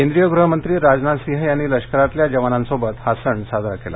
केंद्रीय गृहमंत्री राजनाथसिंह यांनी लष्करातल्या जवानांसोबत हा सण साजरा केला